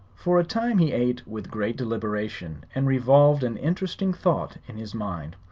for a time he ate with great deliberation and revolved an interesting thought in his mind.